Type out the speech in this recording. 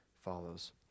follows